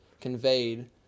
conveyed